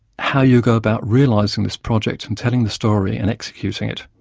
how you go about realising this project and telling the story and executing it,